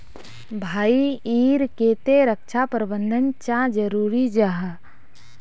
भाई ईर केते रक्षा प्रबंधन चाँ जरूरी जाहा?